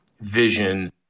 vision